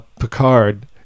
Picard